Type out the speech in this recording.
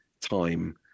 time